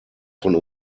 von